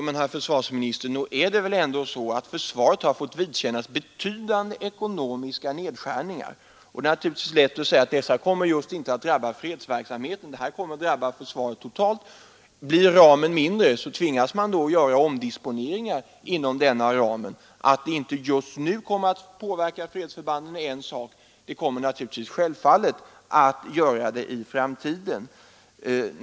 Herr talman! Nog är det väl ändå så, herr försvarsminister, att försvaret har fått vidkännas betydande ekonomiska nedskärningar. Det är naturligtvis lätt att säga att detta just nu inte kommer att drabba fredsverksamheten utan att det kommer att drabba försvaret totalt. Men blir ramen mindre, tvingas man att göra omdisponeringar inom den ramen. Att det inte just nu kommer att påverka fredsförbanden är en sak för sig, men det kan självfallet göra det i framtiden.